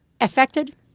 Affected